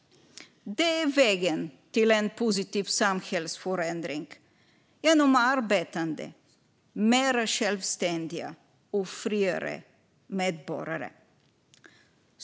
Det är vägen till en positiv samhällsförändring: arbetande, mer självständiga och friare medborgare.